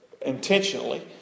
intentionally